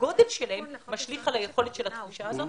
הגודל שלהם משליך על התחושה הזאת.